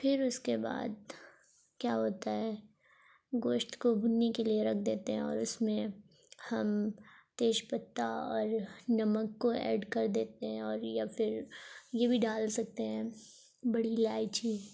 پھر اس کے بعد کیا ہوتا ہے گوشت کو بھننے کے لیے رکھ دیتے ہیں اور اس میں ہم تیج پتہ اور نمک کو ایڈ کر دیتے ہیں اور یا پھر یہ بھی ڈال سکتے ہیں بڑی الائچی